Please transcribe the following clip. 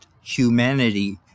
humanity